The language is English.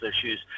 issues